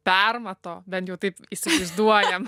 permato bent jau taip įsivaizduojam